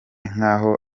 nkaho